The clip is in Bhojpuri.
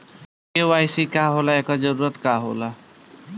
के.वाइ.सी का होला एकर जरूरत का होला?